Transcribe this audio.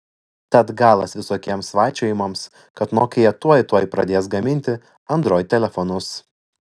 tad galas visokiems svaičiojimams kad nokia tuoj tuoj pradės gaminti android telefonus